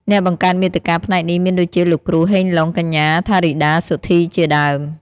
អ្នកបង្កើតមាតិកាផ្នែកនេះមានដូចជា លោកគ្រូ ហេង ឡុង, កញ្ញា ថារីដា សុធីជាដើម។